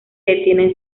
detienen